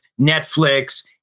Netflix